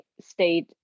stayed